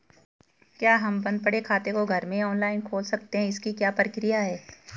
क्या हम बन्द पड़े खाते को घर में ऑनलाइन खोल सकते हैं इसकी क्या प्रक्रिया है?